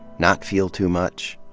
not feel too much,